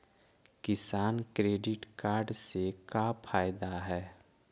किसान credit card से का फायदा है?